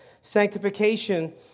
sanctification